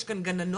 יש כאן גננות,